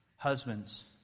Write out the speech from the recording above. Husbands